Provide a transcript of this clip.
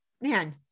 Man